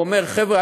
הוא אומר: חבר'ה,